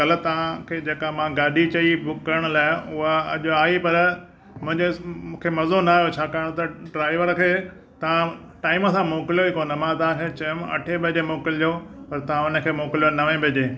कल तव्हां खे जेका मां गाॾी चई बुक करण लाइ उआ अॼु आई पर मंजसि मूंखे मज़ो न आयो छाकाणि त ड्राइवर खे तव्हां टाइम सां मोकिलियो ई कोन मां तव्हां खे चयमि अठे वजे मोकिलजो पर तव्हां हुन खे मोकिलियो नवे वजे